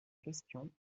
question